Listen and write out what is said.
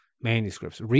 manuscripts